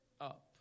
up